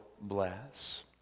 bless